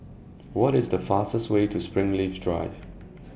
What IS The fastest Way to Springleaf Drive